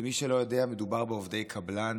למי שלא יודע, מדובר בעובדי קבלן.